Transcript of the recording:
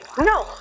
no